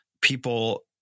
people